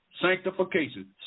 sanctification